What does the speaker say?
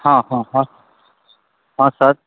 हँ हँ हँ हँ सर